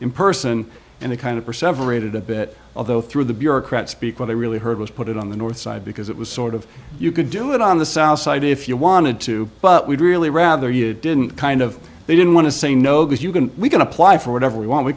in person and they kind of for several did a bit although through the bureaucrat speak what they really heard was put it on the north side because it was sort of you could do it on the south side if you wanted to but we'd really rather you didn't kind of they didn't want to say no because you can we can apply for whatever we want we